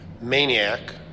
maniac